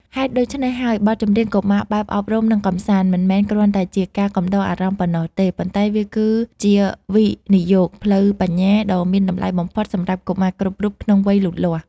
ហេតុដូច្នេះហើយ បទចម្រៀងកុមារបែបអប់រំ និងកម្សាន្ត មិនមែនគ្រាន់តែជាការកំដរអារម្មណ៍ប៉ុណ្ណោះទេ ប៉ុន្តែវាគឺជាវិនិយោគផ្លូវបញ្ញាដ៏មានតម្លៃបំផុតសម្រាប់កុមារគ្រប់រូបក្នុងវ័យលូតលាស់